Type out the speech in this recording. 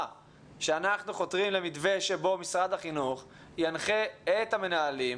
שאנחנו חותרים למתווה שבו משרד החינוך ינחה את המנהלים